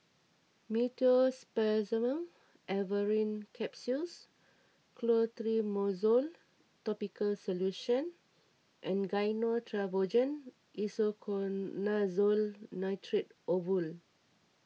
Meteospasmyl Alverine Capsules Clotrimozole Topical Solution and Gyno Travogen Isoconazole Nitrate Ovule